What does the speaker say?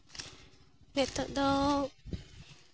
ᱱᱤᱛᱚᱜ ᱫᱚ